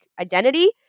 identity